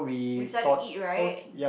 we decided to eat right